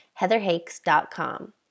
heatherhakes.com